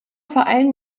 verein